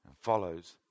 Follows